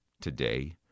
today